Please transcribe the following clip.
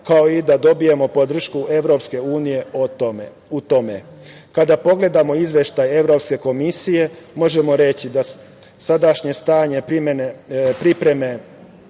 kao i da dobijamo podršku EU u tome. Kada pogledamo Izveštaj Evropske komisije, možemo reći da sadašnje stanje pripreme